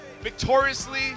victoriously